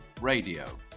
Radio